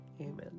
Amen